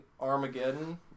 Armageddon